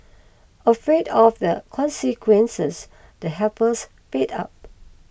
afraid of the consequences the helpers paid up